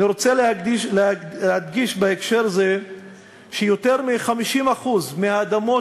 אני רוצה להדגיש בהקשר זה שיותר מ-50% מהאדמות